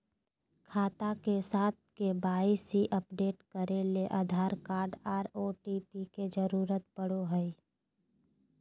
खाता के साथ के.वाई.सी अपडेट करे ले आधार कार्ड आर ओ.टी.पी के जरूरत पड़ो हय